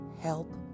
help